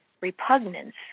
repugnance